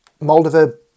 Moldova